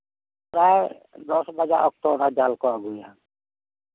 ᱯᱨᱟᱭ ᱫᱚᱥ ᱵᱟᱡᱟ ᱚᱠᱛᱚ ᱚᱱᱟ ᱡᱟᱞ ᱠᱚ ᱟᱹᱜᱩᱭᱟ